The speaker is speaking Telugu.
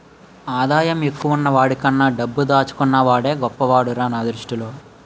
ఆదాయం ఎక్కువున్న వాడికన్నా డబ్బు దాచుకున్న వాడే గొప్పోడురా నా దృష్టిలో